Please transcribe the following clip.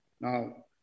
Now